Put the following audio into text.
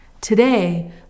Today